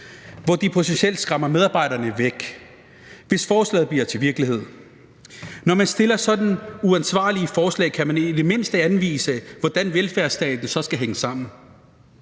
hvor de potentielt skræmmer medarbejderne væk, hvis forslaget bliver til virkelighed? Når man fremsætter sådanne uansvarlige forslag, kan man i det mindste anvise, hvordan velfærdsstaten så skal hænge sammen.